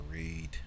Read